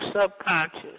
subconscious